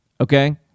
okay